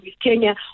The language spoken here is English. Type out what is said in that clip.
Kenya